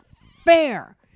fair